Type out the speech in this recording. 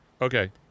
Okay